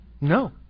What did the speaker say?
No